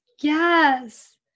Yes